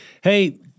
Hey